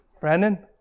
brandon